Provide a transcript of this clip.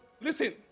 listen